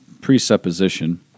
presupposition